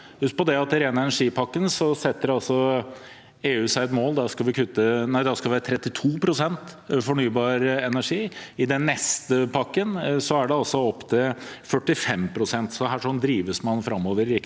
Husk på at i ren energi-pakken setter EU seg et mål om at det skal være 32 pst. fornybar energi. I den neste pakken er det opp til 45 pst. Her drives man framover i riktig